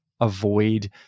avoid